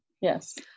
Yes